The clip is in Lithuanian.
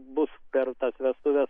bus per tas vestuves